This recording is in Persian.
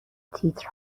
تیتر